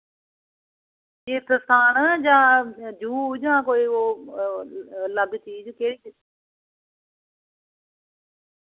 तीर्थ स्थान जां जू जां कोई ओ लग्ग चीज केह्